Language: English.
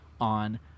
on